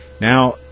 now